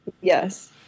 Yes